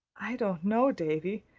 i don't know, davy.